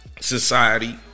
Society